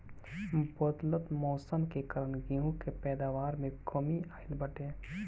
बदलत मौसम के कारण गेंहू के पैदावार में कमी आइल बाटे